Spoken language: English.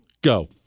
go